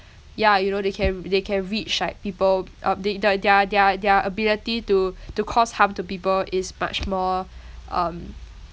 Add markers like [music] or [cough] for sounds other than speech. yeah you know they can they can reach like people um they the their their their ability to to cause harm to people is much more [breath] um